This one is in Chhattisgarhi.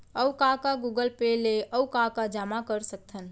अऊ का का गूगल पे ले अऊ का का जामा कर सकथन?